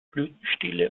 blütenstiele